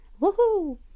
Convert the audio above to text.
Woohoo